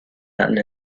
mountain